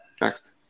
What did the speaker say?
Next